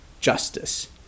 justice